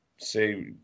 say